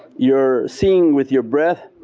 you're seeing with your breath